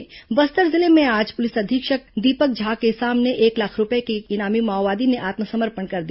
संक्षिप्त समाचार बस्तर जिले में आज पुलिस अधीक्षक दीपक झा के सामने एक लाख रूपये के एक इनामी माओवादी ने आत्मसमर्पण कर दिया